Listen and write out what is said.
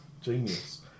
Genius